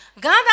God